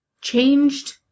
changed